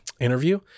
interview